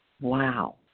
wow